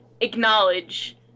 acknowledge